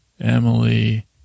Emily